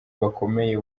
bakomeye